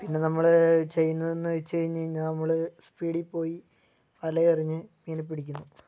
പിന്നെ നമ്മൾ ചെയ്യുന്നതെന്നു വെച്ചു കഴിഞ്ഞു കഴിഞ്ഞാൽ നമ്മൾ സ്പീഡിൽ പോയി വലയെറിഞ്ഞ് മീനെ പിടിക്കുന്നു